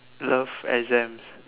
love exams